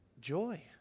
joy